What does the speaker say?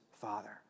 father